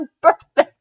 birthday